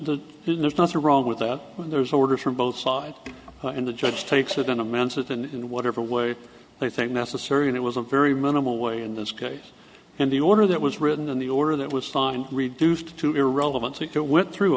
there's nothing wrong with that when there's orders from both sides and the judge takes it in amends it and in whatever way they think necessary and it was a very minimal way in this case and the order that was written and the order that was fine reduced to irrelevancy it went through